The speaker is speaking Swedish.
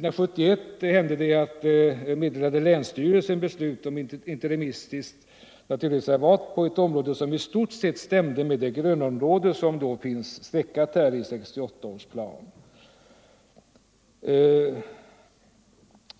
1971 meddelade länsstyrelsen beslut om interimistiskt naturreservat på ett område som i stort sett stämde med det grönområde som finns utmärkt på 1968 års plan.